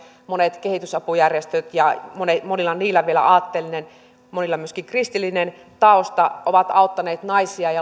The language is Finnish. monet suomalaiset kehitysapujärjestöt ja monilla niillä vielä aatteellinen monilla myöskin kristillinen tausta ovat auttaneet naisia ja